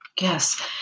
Yes